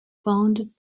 founded